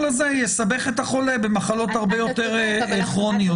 הזה יסבך את החולה במחלות הרבה יותר כרוניות.